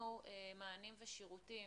שנתנו מענים לשירותים